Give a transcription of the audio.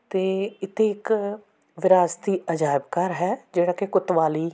ਅਤੇ ਇੱਥੇ ਇੱਕ ਵਿਰਾਸਤੀ ਅਜਾਇਬ ਘਰ ਹੈ ਜਿਹੜਾ ਕਿ ਕੁਤਵਾਲੀ